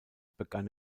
begann